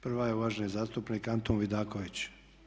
Prva je uvaženi zastupnik Antun Vidaković.